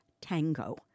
Tango